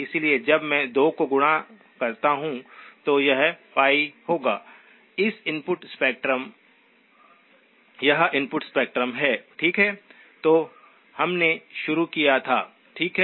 इसलिए जब मैं 2 को गुणा करता हूं तो यह पाई होगा यह इनपुट स्पेक्ट्रम है ठीक है जो हमने शुरू किया था ठीक है